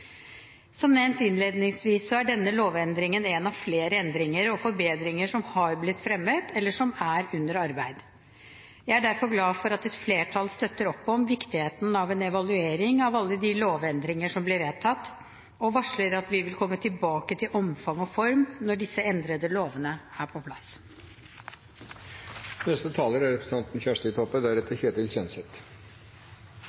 Som nevnt innledningsvis er denne lovendringen en av flere endringer og forbedringer som har blitt fremmet, eller som er under arbeid. Jeg er derfor glad for at et flertall støtter opp om viktigheten av en evaluering av alle de lovendringer som blir vedtatt, og varsler at vi vil komme tilbake til omfang og form når disse endrede lovene er på